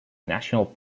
national